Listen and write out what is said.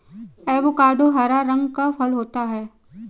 avocado हरा रंग का फल होता है